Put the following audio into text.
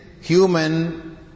human